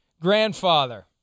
grandfather